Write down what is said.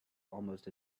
almost